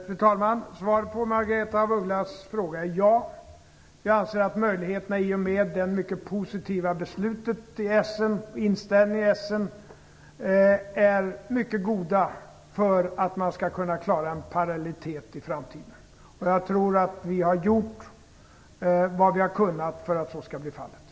Fru talman! Svaret på Margaretha af Ugglas fråga är ja. I och med den mycket positiva inställningen i Essen anser jag att möjligheterna att klara en parallellitet i framtiden är mycket goda. Jag tror att vi har gjort vad vi har kunnat för att så skall bli fallet.